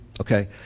Okay